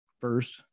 first